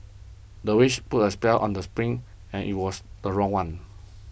the witch put a spell on the sprint and it was the wrong one